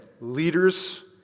leaders